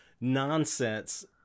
nonsense